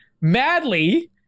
madly